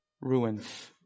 Ruins